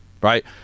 Right